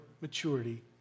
maturity